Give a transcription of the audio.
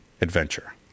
Adventure